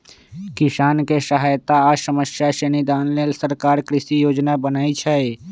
किसानके सहायता आ समस्या से निदान लेल सरकार कृषि योजना बनय छइ